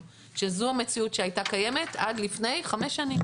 שזו המציאות שהייתה קיימת עד לפני חמש שנים,